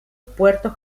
puerto